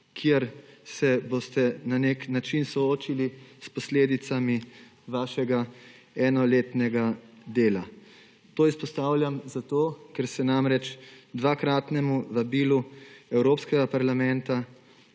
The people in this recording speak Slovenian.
kjer se boste na nek način soočili s posledicami vašega enoletnega dela. To izpostavljam zato, ker se namreč dvakratnemu vabilu Evropskega parlamenta